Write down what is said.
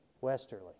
westerly